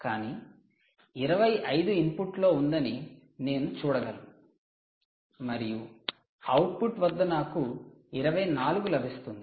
కాని 25 ఇన్పుట్లో ఉందని నేను చూడగలను మరియు అవుట్పుట్ వద్ద నాకు 24 లభిస్తుంది